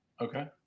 Okay